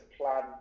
plan